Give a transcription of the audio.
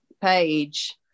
page